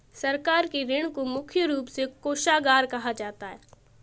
सरकार के ऋण को मुख्य रूप से कोषागार कहा जाता है